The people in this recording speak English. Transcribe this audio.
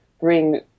bring